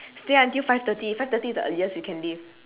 stay until five thirty five thirty is the earliest we can leave